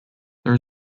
there